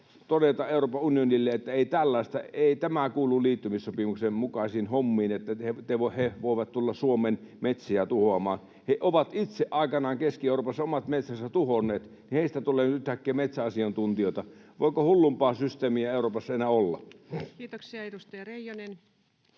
todeta Euroopan unionille, että ei tällaista, ei tämä kuulu liittymissopimuksen mukaisiin hommiin, että he voivat tulla Suomen metsiä tuhoamaan. He ovat itse aikanaan Keski-Euroopassa omat metsänsä tuhonneet, ja heistä tulee yhtäkkiä metsäasiantuntijoita. Voiko hullumpaa systeemiä Euroopassa enää olla? [Speech 115] Speaker: